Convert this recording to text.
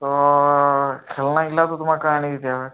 তো খেলনাগুলোও তো তোমাকে এনে দিতে হবে